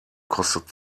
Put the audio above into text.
kostet